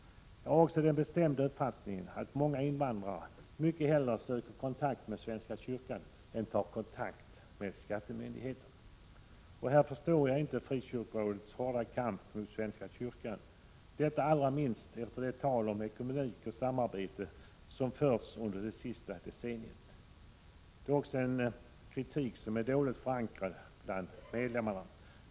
Jag har också den bestämda uppfattningen att många invandrare mycket hellre söker kontakt med svenska kyrkan än tar kontakt med skattemyndigheten. Och här förstår jag inte frikyrkorådets hårda kamp mot svenska kyrkan, detta allra minst efter det tal om ekumenik och samarbete som förts under det senaste decenniet. Det är en kritik som är dåligt förankrad bland medlemmar.